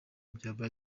byaba